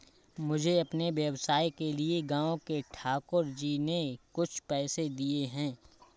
मुझे अपने व्यवसाय के लिए गांव के ठाकुर जी ने कुछ पैसे दिए हैं